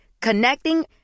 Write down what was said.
Connecting